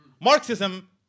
Marxism